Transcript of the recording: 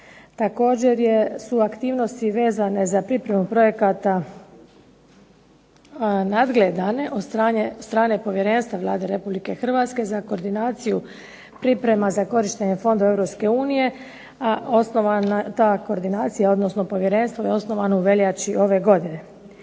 Također su aktivnosti vezane za pripremu projekata nadgledane od strane povjerenstva Vlade RH za koordinaciju priprema za korištenje fondova EU, a to povjerenstvo je osnovano u veljači ove godine.